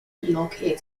relocated